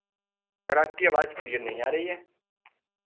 sir आपकी आवाज clear नहीं आ रही है